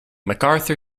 macarthur